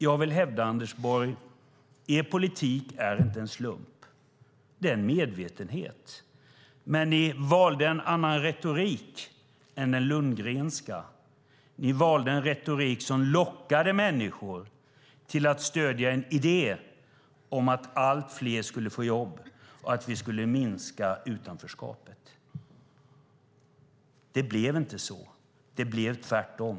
Jag vill hävda, Anders Borg, att er politik inte är en slump utan en medvetenhet, men ni valde en annan retorik än den Lundgrenska. Ni valde en retorik som lockade människor till att stödja en idé om att allt fler skulle få jobb och att vi skulle minska utanförskapet. Det blev inte så. Det blev tvärtom.